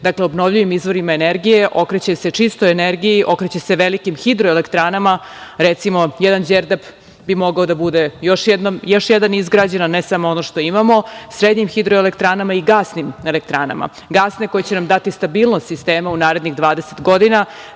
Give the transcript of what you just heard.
okreće obnovljivim izvorima energije, okreće se čistoj energiji, okreće se velikim hidroelektranama, recimo jedan „Đerdap“ bi mogao da bude još jedan izgrađen, a ne samo ono što imamo, srednjim hidroelektranama i gasnim elektranama. Gasne koje će nam dati stabilnost sistema u narednih 20 godina